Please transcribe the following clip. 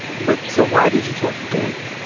but so why did you talk to danny?